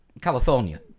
California